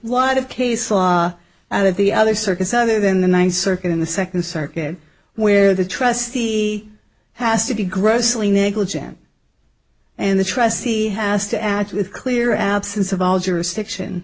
lot of case law and that the other circuits other than the one circuit in the second circuit where the trustee has to be grossly negligent and the trustee has to add with clear absence of all jurisdiction